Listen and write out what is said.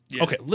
Okay